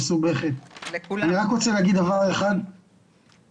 אני רק רוצה להגיד דבר אחד קצר.